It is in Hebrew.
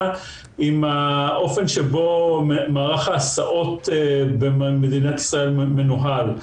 עם האופן שבו מערך ההסעות במדינת ישראל מנוהל.